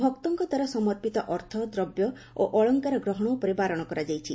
ଭକ୍ତଙ୍କ ଦ୍ୱାରା ସମର୍ପିତ ଅର୍ଥ ଦ୍ରବ୍ୟ ଓ ଅଳଙ୍କାର ଗ୍ରହଣ ଉପରେ ବାରଣ କରାଯାଇଛି